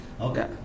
Okay